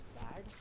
bad